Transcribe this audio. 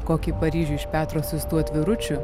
kokį paryžių iš petro siųstų atviručių